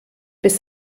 bis